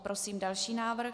Prosím další návrh.